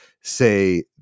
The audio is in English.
say